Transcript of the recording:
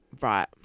right –